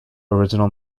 original